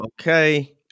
Okay